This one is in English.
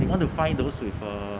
they want to find those with uh